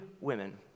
women